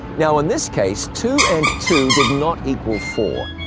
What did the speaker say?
now, in this case, two and two did not equal four.